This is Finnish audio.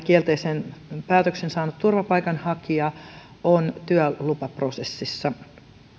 kielteisen päätöksen saanut turvapaikanhakija on työlupaprosessissa